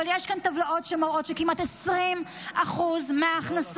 אבל יש כאן טבלאות שמראות שכמעט 20% מההכנסות